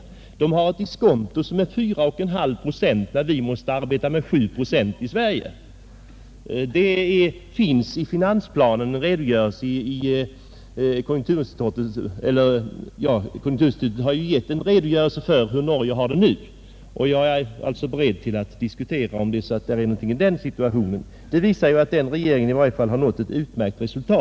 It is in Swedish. Norrmännen har ett diskonto på 4,5 procent medan vi måste arbeta med 7 procent i Sverige. Konjunkturinstitutet har ju framlagt en redogörelse för hur Norge har det nu, och jag är beredd att diskutera även räntesituationen. Redogörelsen visar att den norska regeringen i varje fall har nått utmärkta resultat.